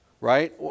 right